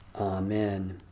Amen